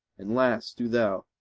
and last, do thou,